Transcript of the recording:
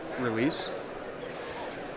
release